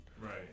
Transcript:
Right